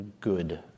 good